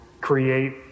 create